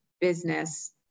business